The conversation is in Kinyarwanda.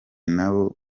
n’abo